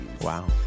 Wow